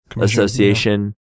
Association